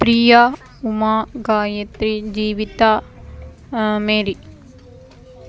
Priya Uma Gayathri Jeevitha Mary